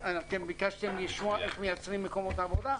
כן, אתם ביקשתם לשמוע איך מייצרים מקומות עבודה?